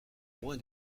moins